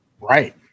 Right